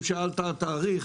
אם שאלת על תאריך